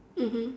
mmhmm